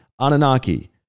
Anunnaki